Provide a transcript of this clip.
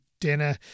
dinner